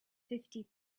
fifty